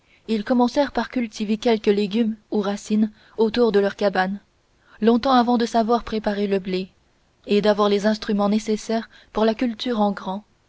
ils commencèrent par cultiver quelques légumes ou racines autour de leurs cabanes longtemps avant de savoir préparer le blé et d'avoir les instruments nécessaires pour la culture en grand